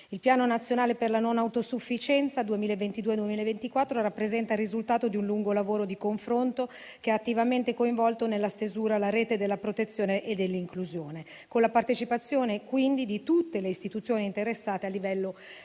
Il Piano nazionale per la non autosufficienza 2022-2024 rappresenta il risultato di un lungo lavoro di confronto, che ha attivamente coinvolto nella stesura la rete della protezione e dell'inclusione, con la partecipazione quindi di tutte le istituzioni interessate a livello